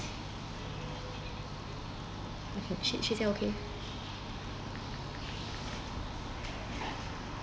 we can okay